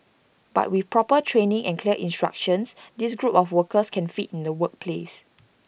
but with proper training and clear instructions this group of workers can fit in the workplace